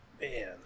Man